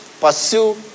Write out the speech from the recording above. pursue